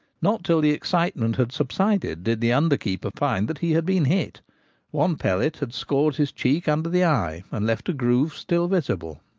not till the excitement had subsided did the under keeper find that he had been hit one pellet had scored his cheek under the eye, and left a groove still visible.